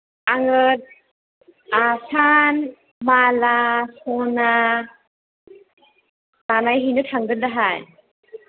आङो आसान माला सना बानाय हैनो थांगोन दाहाय